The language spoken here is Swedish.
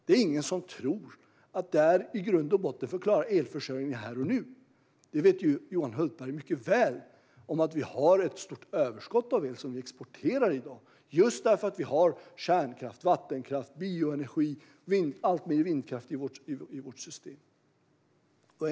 Det är ingen som tror att detta i grund och botten klarar elförsörjningen här och nu. Johan Hultberg vet mycket väl att Sverige i dag har ett stort överskott av el som exporteras, just tack vare kärnkraft, vattenkraft, bioenergi och alltmer vindkraft i systemet.